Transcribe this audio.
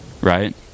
right